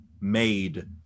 made